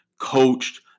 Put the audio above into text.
coached